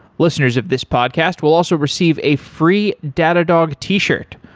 listeners of this podcast will also receive a free datadog t-shirt.